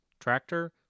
tractor